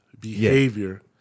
behavior